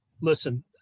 Listen